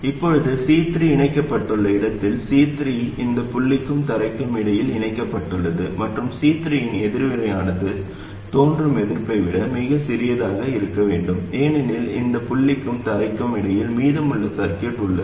இப்போது C3 இணைக்கப்பட்டுள்ள இடத்தில் C3 இந்த புள்ளிக்கும் தரைக்கும் இடையில் இணைக்கப்பட்டுள்ளது மற்றும் C3 இன் எதிர்வினையானது தோன்றும் எதிர்ப்பை விட மிகச் சிறியதாக இருக்க வேண்டும் ஏனெனில் இந்த புள்ளிக்கும் தரைக்கும் இடையில் மீதமுள்ள சர்கியூட் உள்ளது